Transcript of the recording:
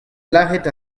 lazhet